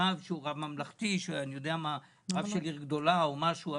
רב ממלכתי, של עיר גדולה או משהו.